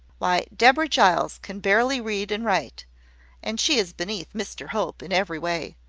why, deborah giles can barely read and write and she is beneath mr hope in every way.